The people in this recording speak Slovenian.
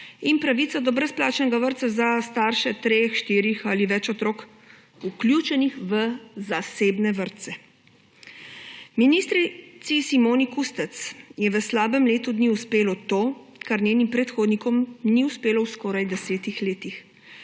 in pravico do brezplačnega vrtca za starše treh, štirih ali več otrok, vključenih v zasebne vrtce. Ministrici Simoni Kustec je v slabem letu dni uspelo to, kar njenim predhodnikom ni uspelo v skoraj 10-ih letih,